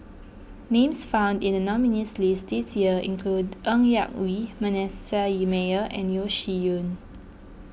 names found in the nominees' list this year include Ng Yak Whee Manasseh and Yeo Shih Yun